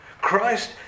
Christ